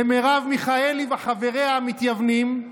למרב מיכאלי וחבריה המתייוונים,